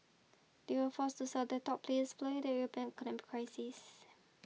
they were forced to sell their top players following the European economic crisis